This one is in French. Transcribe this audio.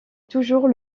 toujours